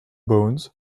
bones